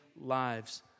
lives